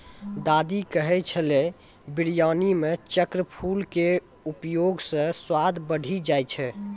दादी कहै छेलै बिरयानी मॅ चक्रफूल के उपयोग स स्वाद बढ़ी जाय छै